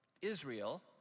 Israel